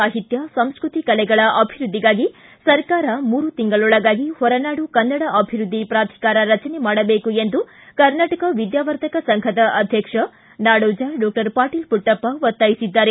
ಸಾಹಿತ್ಯ ಸಂಸ್ಕೃತಿ ಕಲೆಗಳ ಅಭಿವೃದ್ದಿಗಾಗಿ ಸರ್ಕಾರ ಮೂರು ತಿಂಗಳೊಳಗಾಗಿ ಹೊರನಾಡು ಕನ್ನಡ ಅಭಿವೃದ್ಧಿ ಪ್ರಾಧಿಕಾರ ರಚನೆ ಮಾಡಬೇಕು ಎಂದು ಕರ್ನಾಟಕ ವಿದ್ಯಾವರ್ಧಕ ಸಂಘದ ಅಧ್ಯಕ್ಷ ನಾಡೋಜ ಡಾಕ್ಟರ್ ಪಾಟೀಲ ಪುಟ್ಟಪ್ಪ ಒತ್ತಾಯಿಸಿದ್ದಾರೆ